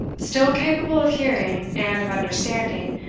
still capable of hearing and of understanding,